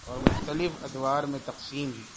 اور مختلف ادوار میں تقسیم ہے